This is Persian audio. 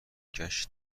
ﮔﺸﺘﯿﻢ